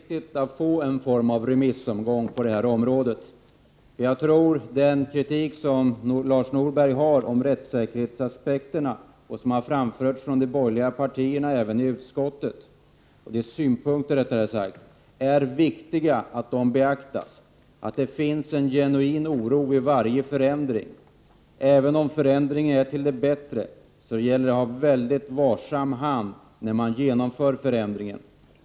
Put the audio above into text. Herr talman! Jag tror att det är viktigt att få en form av remissomgång på detta område. Jag menar att de synpunkter som Lars Norberg här framför på rättssäkerheten och som även har framförts av de borgerliga partierna i utskottet är viktiga att beakta. Det uppstår en genuin oro vid varje förändring. Även om förändringen är till det bättre, gäller det att ha en mycket varsam hand vid genomförandet av den.